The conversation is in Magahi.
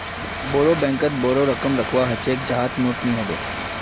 बोरो बैंकत बोरो रकम रखवा ह छेक जहात मोक नइ ह बे